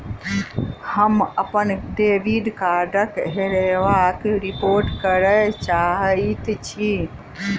हम अप्पन डेबिट कार्डक हेराबयक रिपोर्ट करय चाहइत छि